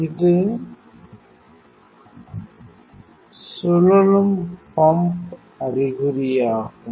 இது சுழலும் பம்ப் அறிகுறியாகும்